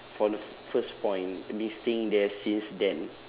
from the first point been staying there since then